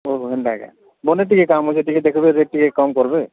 ଓ ହେନ୍ତା କେ ବୋଲେ ଟିକେ କାମ ସେ ଟିକେ ଦେଖିବ ଯେ ଟିକେ କମ୍ କରବେ